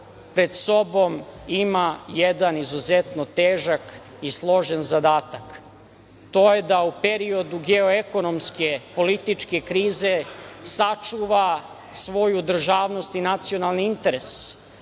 pred sobom ima jedan izuzetno težak i složen zadatak, a to je da u periodu geo-ekonomske političke krize sačuva svoju državnost i nacionalni interes,